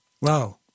wow